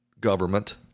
government